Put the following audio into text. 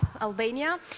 Albania